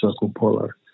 circumpolar